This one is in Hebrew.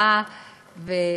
4451 ו-4461.